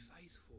faithful